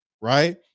right